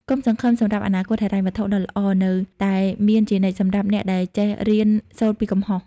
ក្តីសង្ឃឹមសម្រាប់អនាគតហិរញ្ញវត្ថុដ៏ល្អ នៅតែមានជានិច្ចសម្រាប់អ្នកដែលចេះរៀនសូត្រពីកំហុស។